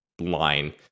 line